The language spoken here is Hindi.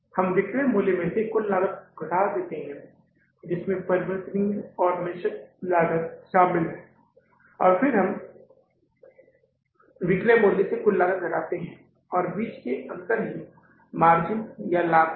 हम विक्रय मूल्य में से कुल लागत घटाकर लेते हैं जिसमें परिवर्तनीय और निश्चित लागत शामिल है और फिर हम विक्रय मूल्य से कुल लागत घटाते है और बीच का अंतर ही लाभ या मार्जिन है